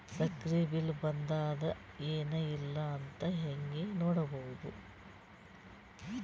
ಸಕ್ರಿ ಬಿಲ್ ಬಂದಾದ ಏನ್ ಇಲ್ಲ ಅಂತ ಹೆಂಗ್ ನೋಡುದು?